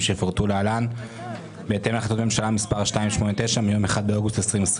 שיפורטו להלן בהתאם להחלטת הממשלה מספר 289 מיום 1 באוגוסט 2021